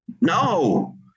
No